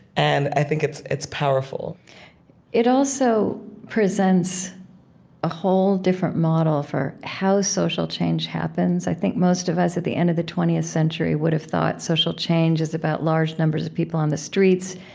and i think it's it's powerful it also presents a whole different model for how social change happens. i think most of us, at the end of the twentieth century, would've thought social change is about large numbers of people on the streets,